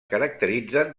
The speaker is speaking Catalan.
caracteritzen